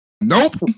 Nope